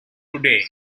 today